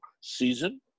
Season